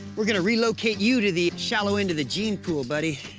we're going to relocate you to the shallow end of the gene pool, buddy.